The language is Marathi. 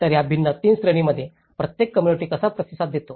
तर या भिन्न 3 श्रेणींमध्ये प्रत्येक कोम्मुनिटी कसा प्रतिसाद देतो